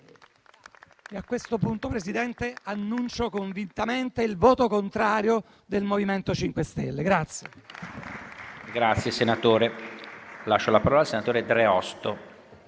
E a questo punto, Presidente, annuncio convintamente il voto contrario del MoVimento 5 Stelle.